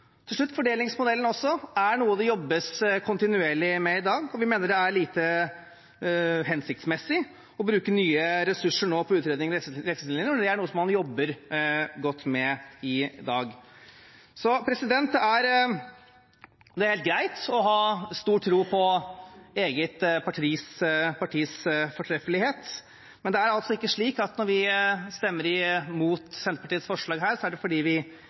Til slutt: Fordelingsmodellen er noe det jobbes kontinuerlig med i dag. Vi mener det er lite hensiktsmessig nå å bruke nye ressurser på utredninger og retningslinjer når det er noe man jobber godt med i dag. Det er helt greit å ha stor tro på eget partis fortreffelighet, men det er altså ikke slik at når vi stemmer mot Senterpartiets forslag, er det fordi vi